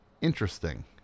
interesting